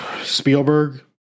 Spielberg